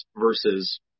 versus